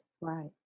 Right